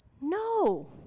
No